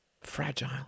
fragile